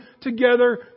together